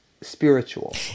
spiritual